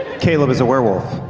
caleb is a werewolf.